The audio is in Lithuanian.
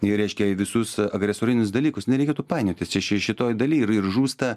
ir reiškia į visus agresorinius dalykus nereikėtų painiotis čia ši šitoj daly ir ir žūsta